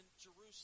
Jerusalem